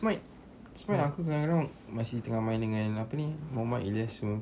smite smite aku kadang-kadang masih tengah main dengan apa ni muhammad ilyas semua